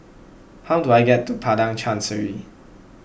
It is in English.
how do I get to Padang Chancery